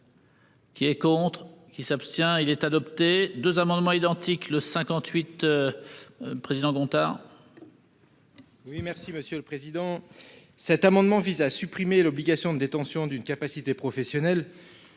Qui est contre qui s'abstient il est adopté 2 amendements identiques, le 58. Président Gontard.-- Oui, merci Monsieur le Président. Cet amendement vise à supprimer l'obligation de détention d'une capacité professionnelle.